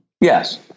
Yes